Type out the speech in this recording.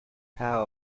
how